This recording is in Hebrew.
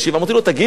אמרתי לו: תגיד לי,